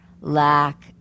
lack